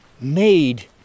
made